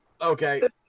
Okay